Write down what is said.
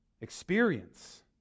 experience